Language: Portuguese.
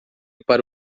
para